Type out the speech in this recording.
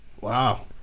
Wow